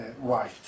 white